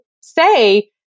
say